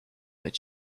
their